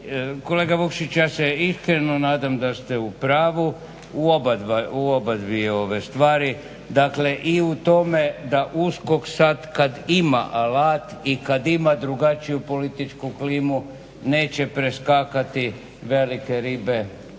Kolega Vukšić ja se iskreno nadam da ste u pravu, u obje ove stvari. Dakle, i u tome da USKOK sad kad ima alat i kad ima drugačiju političku klimu neće preskakati velike ribe